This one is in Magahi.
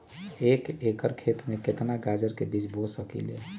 एक एकर खेत में केतना गाजर के बीज बो सकीं ले?